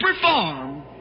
perform